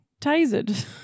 tasered